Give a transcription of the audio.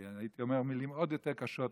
כי הייתי אומר מילים עוד יותר קשות,